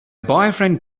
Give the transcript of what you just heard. boyfriend